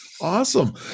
Awesome